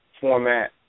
format